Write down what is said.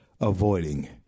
avoiding